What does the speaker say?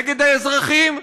נגד האזרחים,